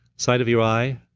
side of your eye,